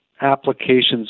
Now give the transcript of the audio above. applications